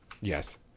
Yes